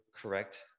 correct